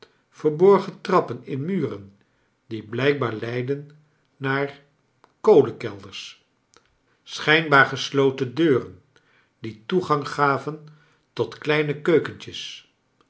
verborgen trappen in muren die blijkbaar leidden naar kolenkelders schijnbaar gesloten deuren die toegang gaven tot kleine keukentjes